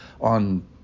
on